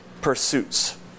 pursuits